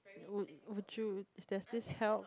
would would you does it help